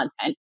content